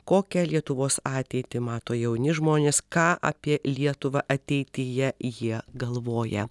kokią lietuvos ateitį mato jauni žmonės ką apie lietuvą ateityje jie galvoja